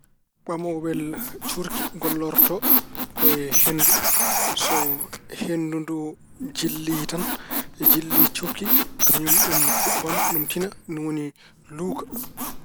Ɓamoowel cuurki gollorto ko e henndu. So henndu ndu jilli tan, jilli cuurki, kañum ɗum huɓɓan, ɗum tina, ni woni ɗum luuka.